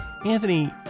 Anthony